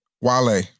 Wale